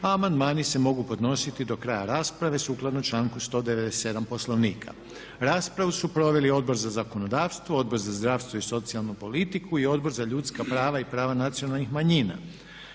a amandmani se mogu podnositi do kraja rasprave sukladno članku 197. Poslovnika. Raspravu su proveli Odbor za zakonodavstvo, Odbor za zdravstvo i socijalnu politiku i Odbor za ljudska prava i prava nacionalnih manjina.